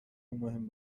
مهم